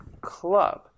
club